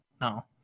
No